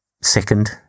second